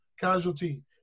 casualty